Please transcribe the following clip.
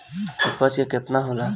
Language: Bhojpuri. उपज केतना होला?